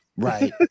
Right